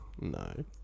no